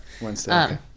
Wednesday